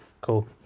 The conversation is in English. Cool